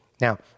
Now